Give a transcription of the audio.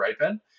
ripen